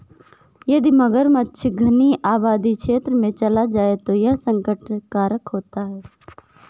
यदि मगरमच्छ घनी आबादी क्षेत्र में चला जाए तो यह संकट कारक होता है